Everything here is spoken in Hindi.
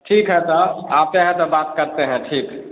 ठीक है साहब आते हैं तो बात करते हैं ठीक है